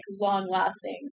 long-lasting